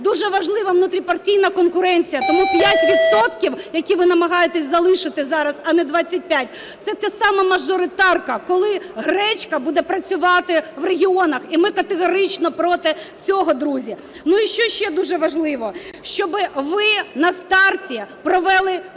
Дуже важлива внутріпартійна конкуренція, тому 5 відсотків, які ви намагаєтесь залишити зараз, а не 25, це та сама мажоритарка, коли гречка буде працювати в регіонах. І ми категорично проти цього, друзі. Ну, і що ще дуже важливо, щоби ви на старті провели